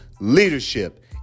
Leadership